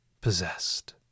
possessed